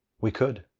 we could.